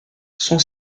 son